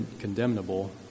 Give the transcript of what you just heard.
condemnable